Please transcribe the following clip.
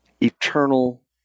Eternal